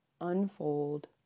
unfold